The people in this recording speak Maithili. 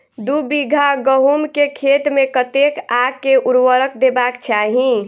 दु बीघा गहूम केँ खेत मे कतेक आ केँ उर्वरक देबाक चाहि?